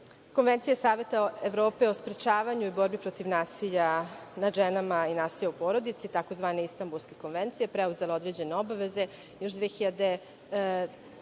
Konvencije Saveta Evrope o sprečavanju i borbi protiv nasilja nad ženama i nasilja u porodici tzv. Istambulska konvencija preuzela određene obaveze još 2013.